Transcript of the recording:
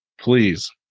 Please